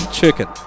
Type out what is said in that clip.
chicken